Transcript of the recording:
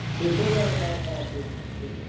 they say that about politicians too.